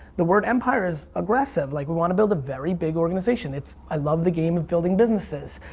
the word empire is aggressive like we wanna build a very big organization. it's, i love the game of building businesses.